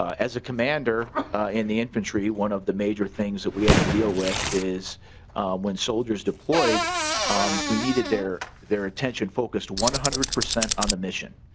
as a commander in the infantry one of the major things that we had to deal with this when soldiers deployed um we needed their their attention focus one hundred percent on the mission.